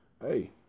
hey